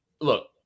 Look